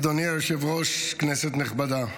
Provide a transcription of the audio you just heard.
אדוני היושב-ראש, כנסת נכבדה.